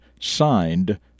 signed